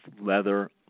leather